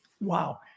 wow